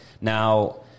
Now